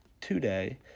today